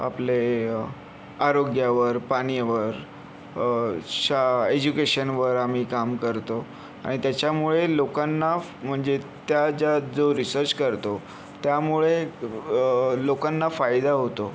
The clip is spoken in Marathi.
आपले आरोग्यावर पाण्यावर शा एज्युकेशनवर आम्ही काम करतो आणि त्याच्यामुळे लोकांना म्हणजे त्या ज्यात जो रिसर्च करतो त्यामुळे लोकांना फायदा होतो